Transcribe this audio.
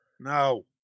No